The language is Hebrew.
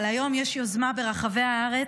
אבל היום יש יוזמה ברחבי הארץ,